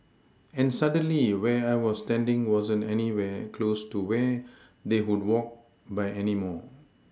and suddenly where I was standing wasn't anywhere close to where they would walk by anymore